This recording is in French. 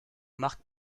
marques